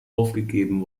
aufgegeben